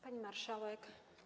Pani Marszałek!